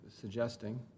suggesting